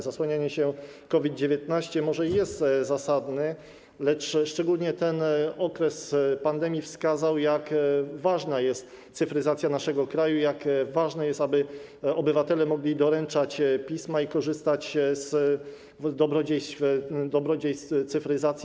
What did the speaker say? Zasłanianie się COVID-19 może jest zasadne, lecz właśnie okres pandemii pokazał, jak ważna jest cyfryzacja naszego kraju i jak ważne jest to, aby obywatele mogli doręczać pisma i korzystać z dobrodziejstw cyfryzacji.